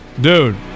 Dude